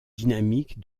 dynamiques